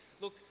look